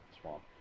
swamp